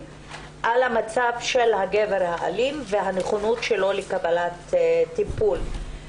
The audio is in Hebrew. על מצב הגבר האלים והנכונות שלו לקבלת טיפול.